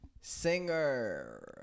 Singer